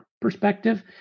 perspective